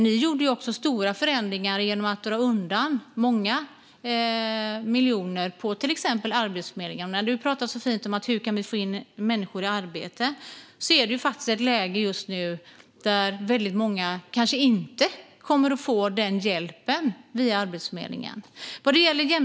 Ni gjorde också stora förändringar genom att dra undan många miljoner från till exempel Arbetsförmedlingen. Du pratar så fint om hur vi kan få in människor i arbete, men just nu råder faktiskt ett läge där väldigt många kanske inte kommer att få den hjälpen via Arbetsförmedlingen.